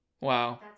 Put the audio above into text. Wow